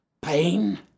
pain